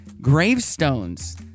gravestones